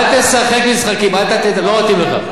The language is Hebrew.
אל תשחק משחקים, אל תטעה, לא מתאים לך.